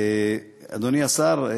אדוני השר,